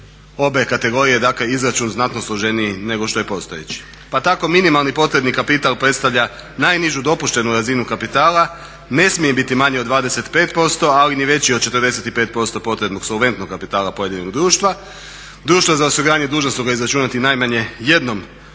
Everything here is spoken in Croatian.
obje kategorije dakle izračun je znatno složeniji nego što je postojeći. Pa tako minimalni potrebni kapital predstavlja najnižu dopuštenu razinu kapitala, ne smije biti manji od 25% ali ni veći od 45% potrebnog solventnog kapitala pojedinog društva. Društva za osiguranje dužna su ga izračunati najmanje jednom